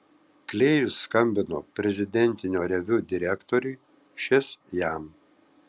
klėjus skambino prezidentinio reviu direktoriui šis jam